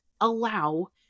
allow